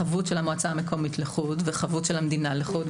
חבות של המועצה המקומית לחוד וחבות של המדינה לחוד,